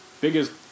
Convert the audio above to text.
Biggest